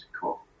Cool